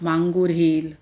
Mangor hill